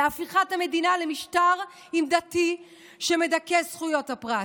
הפיכת המדינה למשטר דתי שמדכא זכויות פרט.